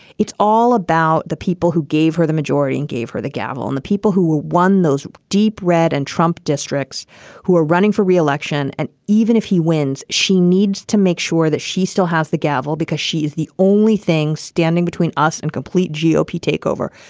it's all about the people who gave her the majority and gave her the gavel and the people who were won those deep red and trump districts who are running for re-election. and even if he wins, she needs to make sure that she still has the gavel because she's the only thing standing between us and complete gop takeover.